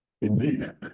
Indeed